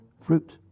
fruit